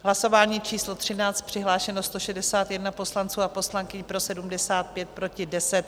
Hlasování číslo 13, přihlášeno 161 poslanců a poslankyň, pro 75, proti 10.